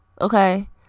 Okay